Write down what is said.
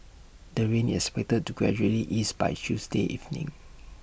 the rain is expected to gradually ease by Tuesday evening